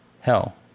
hell